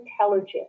intelligent